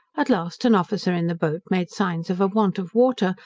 at last an officer in the boat made signs of a want of water,